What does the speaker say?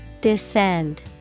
Descend